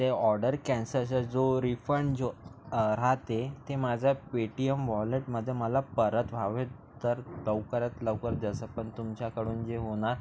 ते ऑडर कॅन्सजचा जो रिफंड जो राहते ते माझा पेटीएम वॉलेटमध्ये मला परत व्हावेत तर लवकरात लवकर जसं पण तुमच्याकडून जे होणार